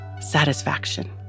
satisfaction